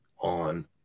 on